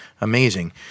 amazing